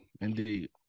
Indeed